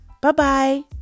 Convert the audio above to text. Bye-bye